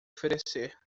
oferecer